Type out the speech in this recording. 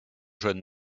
jeune